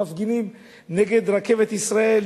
מפגינים נגד "רכבת ישראל",